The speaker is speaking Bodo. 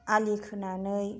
आलि खोनानै